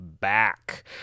Back